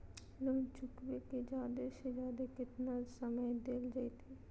Loan चुकाबे के जादे से जादे केतना समय डेल जयते?